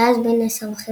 שהיה אז בן עשר וחצי,